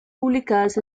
publicadas